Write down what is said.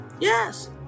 Yes